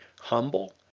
humble